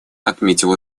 отметила